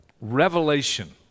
revelation